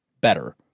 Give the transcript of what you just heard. better